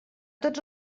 tots